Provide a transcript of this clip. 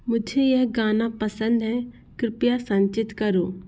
मुझे यह गाना पसंद है कृपया संचित करो